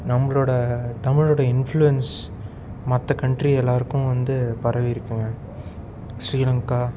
நம்மளோட தமிழோடய இன்ஃப்ளுயன்ஸ் மற்ற கன்ட்ரியை எல்லாருக்கும் வந்து பரவிருக்குதுங்க ஸ்ரீலங்கா